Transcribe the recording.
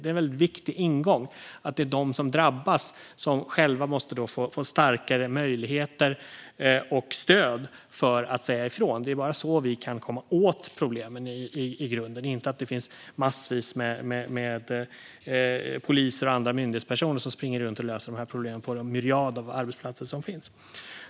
Det är en väldigt viktig ingång att det är de som drabbas som måste få starkare möjligheter och stöd för att säga ifrån. Det är bara så vi i grunden kan komma åt problemen, inte genom att massvis med poliser och andra myndighetspersoner springer runt och försöker lösa de här problemen på den myriad av arbetsplatser som finns.